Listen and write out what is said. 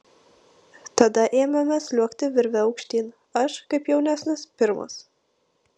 tada ėmėme sliuogti virve aukštyn aš kaip jaunesnis pirmas